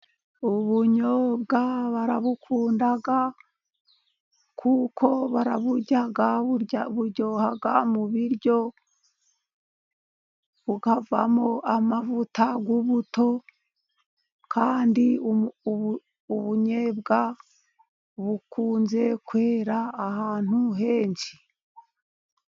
Ubunyobwa barabukunda kuko baraburya. Buryoha mu biryo, bukavamo amavuta y'ubuto kandi ubunyebwa bukunze kwera ahantu henshi.